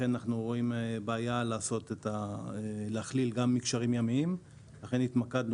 לכן אנחנו רואים בעיה בהכללת מקשרים ימיים והתמקדנו